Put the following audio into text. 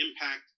impact